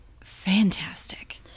fantastic